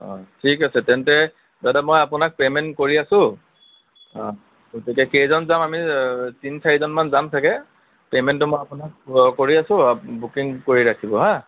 অ ঠিক আছে তেন্তে দাদা মই আপোনাক পে'মেণ্ট কৰি আছোঁ অ গতিকে কেইজন যাওঁ আমি তিনি চাৰিজনমান যাম চাগে পে'মেণ্টটো মই আপোনাক কৰি আছোঁ বুকিং কৰি ৰাখিব হা